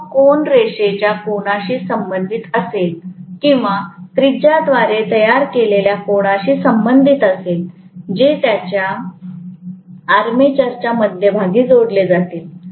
तो कोन रेषेच्या कोनाशी संबंधित असेल किंवा त्रिज्याद्वारे तयार केलेल्या कोनाशी संबंधित असेल जे त्यास आर्मेचरच्या मध्यभागी जोडले जातील